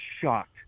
shocked